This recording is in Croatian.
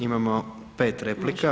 Imamo 5 replika.